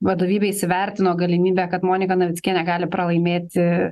vadovybė įsivertino galimybę kad monika navickienė gali pralaimėti